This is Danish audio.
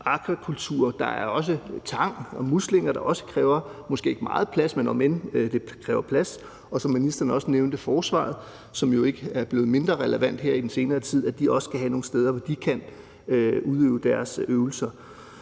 Der er også tang og muslinger, der også kræver plads, om end ikke så meget. Og som ministeren også nævnte, er der forsvaret, som jo ikke er blevet mindre relevant her i den senere tid, og som også skal have nogle steder, hvor de kan gennemføre deres øvelser.